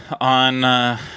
on